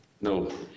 No